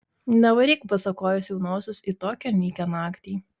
nevaryk basakojės jaunosios į tokią nykią naktį